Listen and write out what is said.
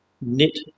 knit